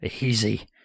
Easy